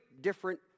different